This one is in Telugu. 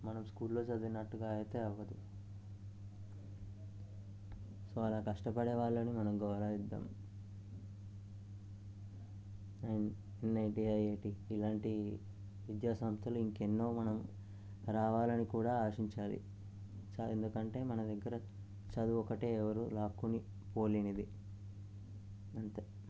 మనం స్కూల్లో చదివినట్టుగా అయితే అవ్వదు సో అలా కష్టపడే వాళ్ళని మనం గౌరవిద్దాం అండ్ ఎన్ఐటీ ఐఐటీ ఇలాంటి విద్యా సంస్థలు ఇంకా ఎన్నో మనం రావాలని కూడా ఆశించాలి ఎందుకంటే మన దగ్గర చదువు ఒకటే ఎవరు లాక్కొని పోలేనది అంతే